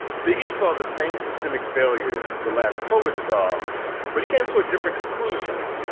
biggie saw the same systemic failures the last poets saw but he came to a different conclusion.